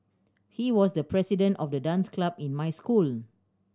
he was the president of the dance club in my school